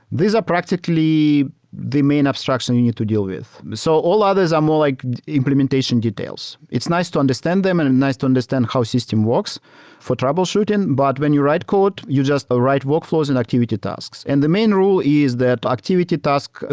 these are practically the main abstraction you need to deal with. so all others are more like implementation details. it's nice to understand them and and nice to understand how system works for troubleshooting, but when you write code, you just ah write workflows and activity tasks. and the main rule is that activity task, ah